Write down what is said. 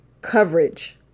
coverage